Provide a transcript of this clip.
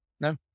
No